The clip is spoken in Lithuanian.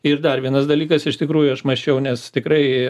ir dar vienas dalykas iš tikrųjų aš mąsčiau nes tikrai